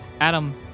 Adam